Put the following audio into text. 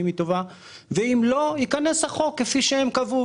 שהיא טובה ואם לא יכנס החוק כפי שהם קבעו,